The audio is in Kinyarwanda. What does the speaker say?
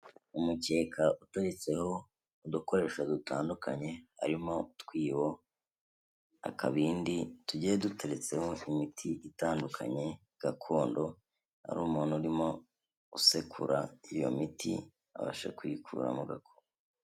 Umukeka uteretseho udukoresho dutandukanye harimo utwibo, akabindi tugiye duteretseho imiti itandukanye gakondo ari umuntu urimo usekura iyo miti abashe kuyikuramo gakondo.